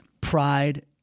Pride